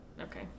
okay